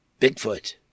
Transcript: Bigfoot